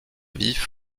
vif